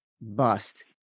bust